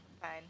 fine